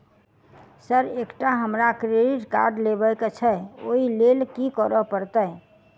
Sir एकटा हमरा credit card लेबकै छैय ओई लैल की करऽ परतै?